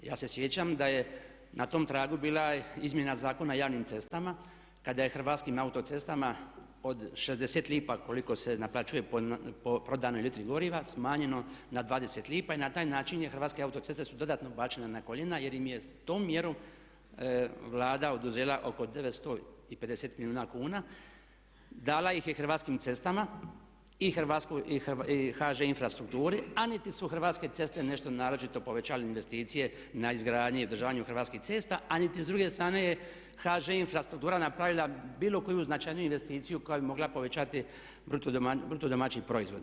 Ja se sjećam da je na tom tragu bila izmjena Zakona o javnim cestama kada je Hrvatskim autocestama od 60 lipa koliko se naplaćuje po prodanoj litri goriva smanjeno na 20 lipa i na taj način je Hrvatske autoceste su dodatno bačene na koljena jer im je tom mjerom Vlada oduzela oko 950 milijuna kuna, dala ih je Hrvatskim cestama i HŽ Infrastrukturi, a niti su Hrvatske ceste nešto naročito povećale investicije na izgradnji i održavanju Hrvatskih cesta, a niti s druge strane HŽ Infrastruktura napravila bilo koju značajniju investiciju koja bi mogla povećati bruto domaći proizvod.